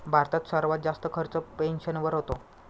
भारतात सर्वात जास्त खर्च पेन्शनवर होतो